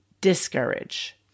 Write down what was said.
discourage